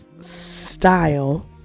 style